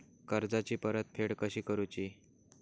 कर्जाची परतफेड कशी करूची?